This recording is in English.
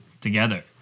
together